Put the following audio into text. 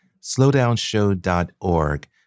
slowdownshow.org